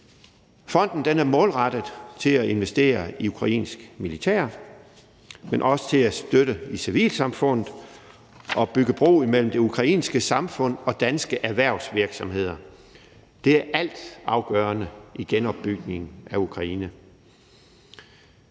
Fonden er målrettet til at investere i ukrainsk militær, men også til at støtte civilsamfundet og bygge bro imellem det ukrainske samfund og danske erhvervsvirksomheder. Det er altafgørende i genopbygningen af Ukraine.